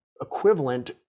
equivalent